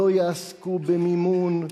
לא יעסקו במימון,